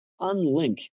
unlink